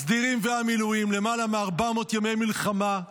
הסדירים והמילואים, למעלה מ-400 ימי מלחמה,